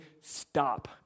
stop